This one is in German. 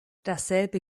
dasselbe